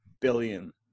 billion